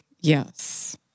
yes